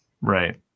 right